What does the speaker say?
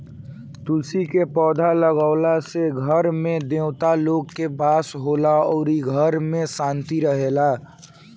तुलसी के पौधा लागावला से घर में देवता लोग के वास होला अउरी घर में भी शांति रहेला